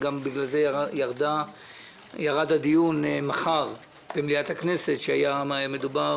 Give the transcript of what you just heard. בגלל זה גם ירד הדיון מחר במליאת הכנסת על הצהרונים,